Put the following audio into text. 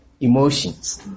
emotions